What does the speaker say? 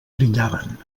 brillaven